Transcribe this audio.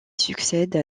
succède